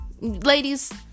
Ladies